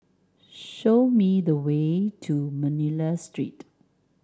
show me the way to Manila Street